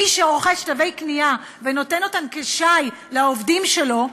מי שרוכש תווי קנייה ונותן אותם כשי לעובדים שלו,